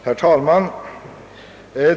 Herr talman!